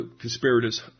conspirators